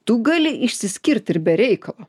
tu gali išsiskirti ir be reikalo